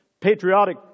patriotic